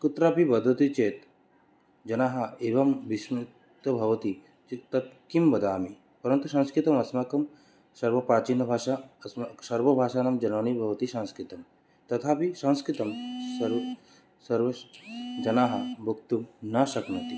कुत्रापि वदति चेत् जनाः एवं विस्मितः भवति कि तत् किं वदामि परन्तु संस्कृतम् अस्माकं सर्वप्राचीनभाषा अस्माकं सर्वभाषाणां जननी भवति संस्कृतं तथापि संस्कृतं सर्वे जनाः वक्तुं न शक्नोति